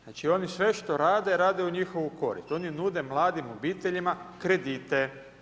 Znači, oni sve što rade, rade u njihovu korist, oni nude mladim obiteljima kredite.